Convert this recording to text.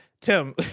Tim